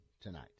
tonight